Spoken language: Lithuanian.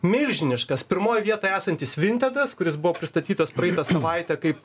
milžiniškas pirmoj vietoj esantis vintedas kuris buvo pristatytas praeitą savaitę kaip